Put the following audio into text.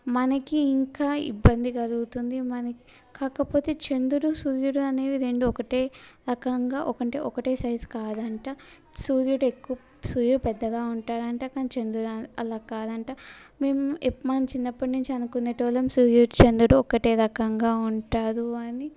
మనకు ఇంకా ఇబ్బంది కలుగుతుంది మన కాకపోతే చంద్రుడు సూర్యుడు అనేవి రెండు ఒకే రకంగా ఒక అంటే ఒకటే సైజు కాదంట సూర్యుడు ఎక్కువ సూర్యుడు పెద్దగా ఉంటాడు అంట కానీ చంద్రుడు అలా కాదంట మేము మనం చిన్నప్పటి నుంచి అనుకునే వాళ్ళం సూర్యుడు చంద్రుడు ఒకే రకంగా ఉంటారు అని